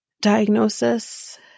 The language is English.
diagnosis